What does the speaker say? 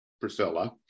Priscilla